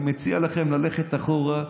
אני מציע לכם ללכת אחורה,